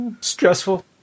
stressful